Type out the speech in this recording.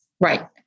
Right